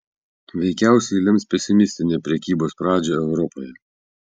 veikiausiai lems pesimistinę prekybos pradžią europoje